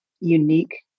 unique